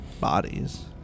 bodies